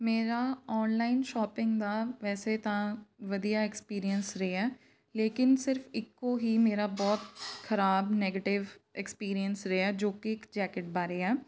ਮੇਰਾ online shopping ਦਾ ਵੈਸੇ ਤਾਂ ਵਧੀਆ ਐਕਸਪੀਰੀਅੰਸ ਰਿਹਾ ਲੇਕਿਨ ਸਿਰਫ ਇੱਕੋ ਹੀ ਮੇਰਾ ਬਹੁਤ ਖ਼ਰਾਬ ਨੈਗੇਟਿਵ ਐਕਸਪੀਰੀਅੰਸ ਰਿਹਾ ਜੋ ਕਿ ਜੈਕਟ ਬਾਰੇ ਆ